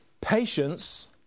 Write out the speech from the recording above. Patience